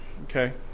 Okay